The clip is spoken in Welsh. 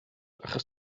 achos